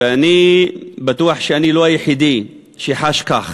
ואני בטוח שאני לא היחידי שחש כך: